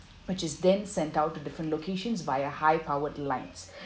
which is then sent out to different locations by a high powered lines